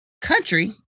country